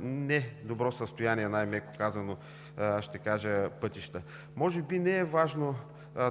не добро състояние, най-меко казано. Може би не е важно